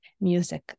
music